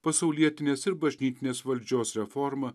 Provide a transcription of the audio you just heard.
pasaulietinės ir bažnytinės valdžios reformą